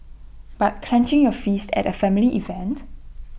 but clenching your fists at A family event